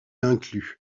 inclus